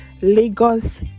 Lagos